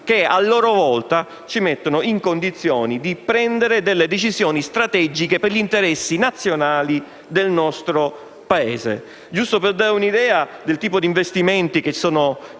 che, a loro volta, ci consentono di prendere decisioni strategiche per gli interessi nazionali del nostro Paese.